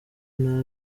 ntara